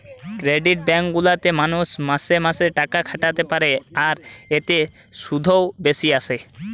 credit bank গুলা তে মানুষ মাসে মাসে টাকা খাটাতে পারে আর এতে শুধও বেশি আসে